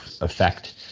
effect